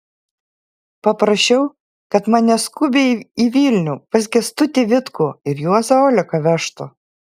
paprašiau kad mane skubiai į vilnių pas kęstutį vitkų ir juozą oleką vežtų